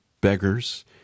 beggars